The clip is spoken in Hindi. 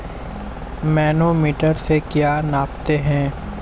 मैनोमीटर से क्या नापते हैं?